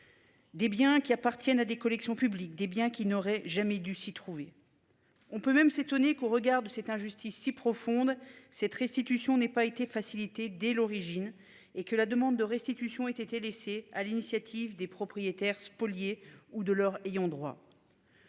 Des biens qui appartiennent à des collections publiques des biens qui n'aurait jamais dû s'y trouver. On peut même s'étonner qu'au regard de cette injustice si profonde, cette restitution n'ait pas été facilitée dès l'origine et que la demande de restitution était été laissée à l'initiative des propriétaires spoliés ou de leurs ayants droit.